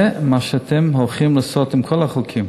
זה מה שאתם הולכים לעשות עם כל החוקים.